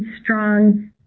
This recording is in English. strong